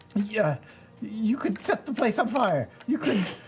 yeah you could set the place on fire. you could